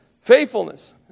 faithfulness